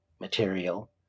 material